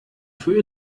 für